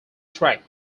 track